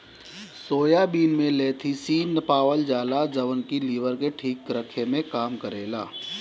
soybean में lecithin पावल जाला जवन की लीवर के ठीक रखे में काम करेला